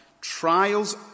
trials